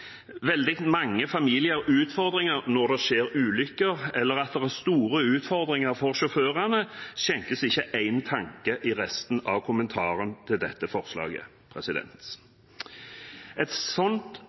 veldig mange familier utfordringer når det skjer ulykker, eller at det er store utfordringer for sjåførene, skjenkes ikke én tanke i resten av kommentaren til dette forslaget.